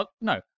no